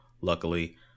Luckily